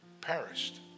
perished